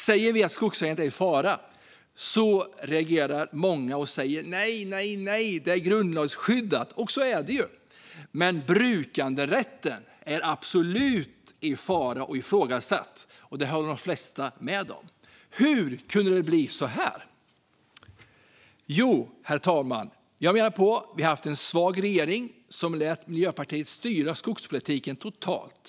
Säger vi att skogsägandet är i fara reagerar många och säger: Nej, nej, det är grundlagsskyddat, och så är det. Men brukanderätten är absolut i fara och ifrågasatt, och det håller de flesta med om. Hur kunde det bli så här? Herr talman! Jag menar att vi haft en svag regering som lät Miljöpartiet styra skogspolitiken totalt.